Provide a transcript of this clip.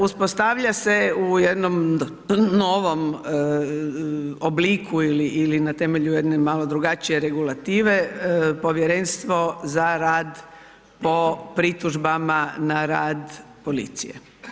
Uspostavlja se u jednom novom obliku ili na temelju jedne malo drugačije regulative povjerenstvo za rad po pritužbama na rad policije.